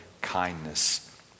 kindness